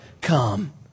Come